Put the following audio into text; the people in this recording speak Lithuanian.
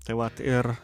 tai vat ir